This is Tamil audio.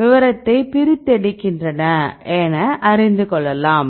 விவரத்தை பிரித்தெடுக்கின்றன என அறிந்து கொள்ளலாம்